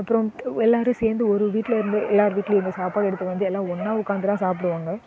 அப்புறம் எல்லாரும் சேர்ந்து ஒரு வீட்டில் இருந்து எல்லார் வீட்லேயும் போய் சாப்பாடு எடுத்து வந்து எல்லாம் ஒன்றா உட்காந்துலாம் சாப்பிடுவாங்க